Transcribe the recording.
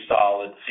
solid